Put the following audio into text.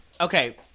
Okay